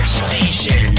station